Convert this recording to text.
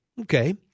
Okay